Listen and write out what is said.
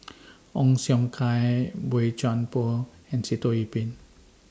Ong Siong Kai Boey Chuan Poh and Sitoh Yih Pin